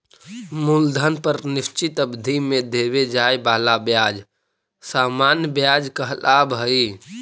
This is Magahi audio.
मूलधन पर निश्चित अवधि में देवे जाए वाला ब्याज सामान्य व्याज कहलावऽ हई